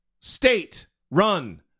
state-run